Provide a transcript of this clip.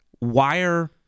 wire